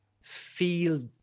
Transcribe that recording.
feel